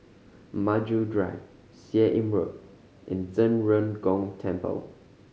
Maju Drive Seah Im Road and Zhen Ren Gong Temple